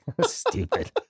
Stupid